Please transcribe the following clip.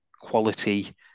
quality